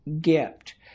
gift